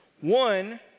one